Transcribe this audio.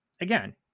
again